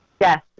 Yes